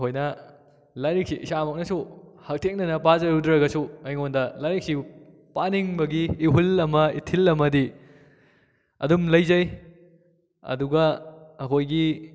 ꯑꯩꯍꯣꯏꯅ ꯂꯥꯏꯔꯤꯛꯁꯤ ꯏꯁꯥꯃꯛꯅꯁꯨ ꯍꯛꯊꯦꯡꯅꯅ ꯄꯥꯖꯔꯨꯗ꯭ꯔꯒꯁꯨ ꯑꯩꯉꯣꯟꯗ ꯂꯥꯏꯔꯤꯛꯁꯤꯕꯨ ꯄꯥꯅꯤꯡꯕꯒꯤ ꯏꯍꯨꯜ ꯑꯃ ꯏꯊꯤꯜ ꯑꯃꯗꯤ ꯑꯗꯨꯝ ꯂꯩꯖꯩ ꯑꯗꯨꯒ ꯑꯩꯈꯣꯏꯒꯤ